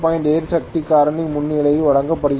8 சக்தி காரணி முன்னணி வழங்கப்படுகிறது